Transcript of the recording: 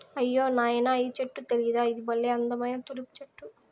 అయ్యో నాయనా ఈ చెట్టు తెలీదా ఇది బల్లే అందమైన తులిప్ చెట్టు